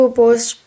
post